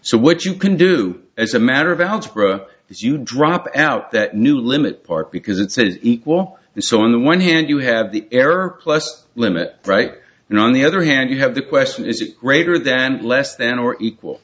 so what you can do as a matter of algebra is you drop out that new limit part because it's an equal so in the one hand you have the error plus limit right there on the other hand you have the question is it greater than less than or equal